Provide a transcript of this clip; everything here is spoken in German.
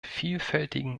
vielfältigen